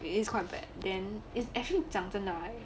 is is quite bad then is actually 讲真的啊